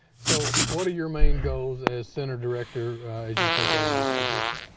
so what are your main goals as center director as you take over this position?